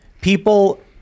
people